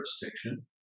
jurisdiction